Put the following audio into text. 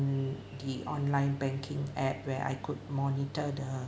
in the online banking at where I could monitor the